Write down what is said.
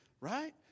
right